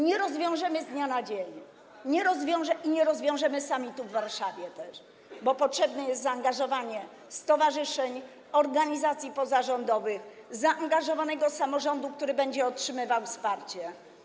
nie rozwiążemy z dnia na dzień i nie rozwiążemy ich sami tu, w Warszawie, bo potrzebne jest zaangażowanie stowarzyszeń, organizacji pozarządowych, potrzeba zaangażowanego samorządu, który będzie otrzymywał wsparcie.